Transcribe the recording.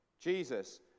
Jesus